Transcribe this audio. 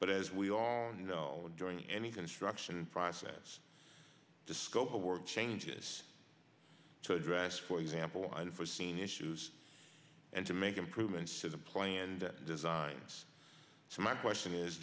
but as we all know during any construction process disko to work changes to address for example and for scene issues and to make improvements to the planned designs so my question is